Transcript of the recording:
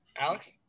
Alex